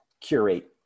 curate